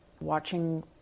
Watching